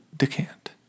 Decant